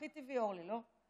הכי טבעי, אורלי, לא?